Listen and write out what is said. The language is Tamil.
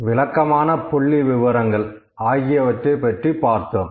விளக்கமான புள்ளிவிவரங்கள் ஆகியவற்றைப் பற்றி பார்த்தோம்